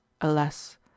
alas